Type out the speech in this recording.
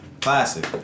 classic